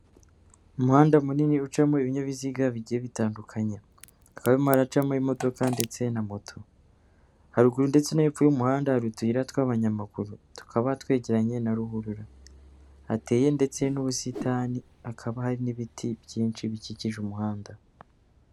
Umuhanda munini ucamo ibinyabiziga bigiye bitandukanye. Hakaba harimo haracamo imodoka ndetse na moto, haruguru ndetse no hepfo y'umuhanda hari utuyira tw'abanyamaguru, tukaba twegeranye na ruhurura, hateye ndetse n'ubusitani hakaba hari n'ibiti byinshi bikikije umuhanda.